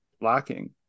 lacking